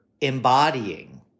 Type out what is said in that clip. embodying